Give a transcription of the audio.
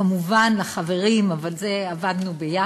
כמובן לחברים, אבל על זה עבדנו ביחד,